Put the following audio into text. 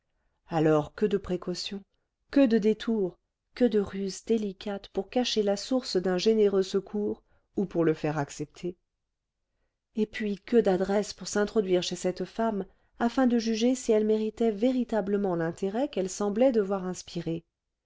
alors que de précautions que de détours que de ruses délicates pour cacher la source d'un généreux secours ou pour le faire accepter et puis que d'adresse pour s'introduire chez cette femme afin de juger si elle méritait véritablement l'intérêt qu'elle semblait devoir inspirer